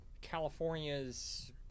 California's